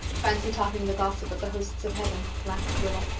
fancy talking the gossip of the hosts of heaven, laughed rilla.